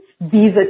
visa